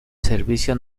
servicio